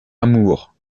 amour